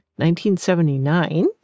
1979